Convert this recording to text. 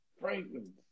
Franklin